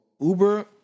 Uber